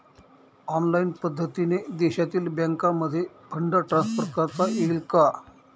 Online पद्धतीने देशातील बँकांमध्ये फंड ट्रान्सफर करता येईल का?